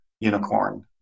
unicorn